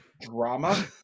drama